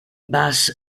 bus